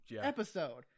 episode